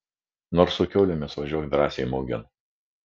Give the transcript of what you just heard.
nors su kiaulėmis važiuok drąsiai mugėn